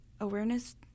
awareness